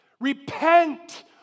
Repent